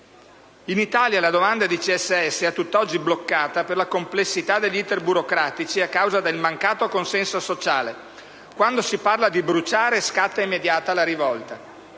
In Italia, la domanda di CSS è a tutt'oggi bloccata per la complessità degli *iter* burocratici a causa del mancato consenso sociale: quando si parla di bruciare, scatta immediata la rivolta.